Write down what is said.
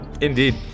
Indeed